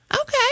Okay